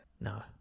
No